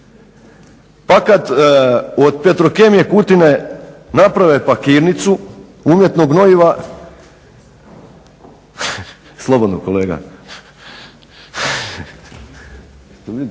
pa kad od Petrokemije Kutine naprave pakirnicu umjetnog gnojiva dal to